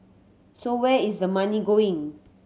so where is the money going